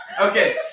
okay